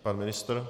Pan ministr?